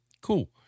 Cool